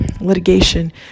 litigation